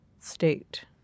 state